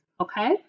Okay